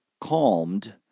calmed